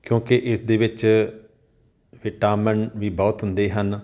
ਕਿਉਂਕਿ ਇਸ ਦੇ ਵਿੱਚ ਵਿਟਾਮਿਨ ਵੀ ਬਹੁਤ ਹੁੰਦੇ ਹਨ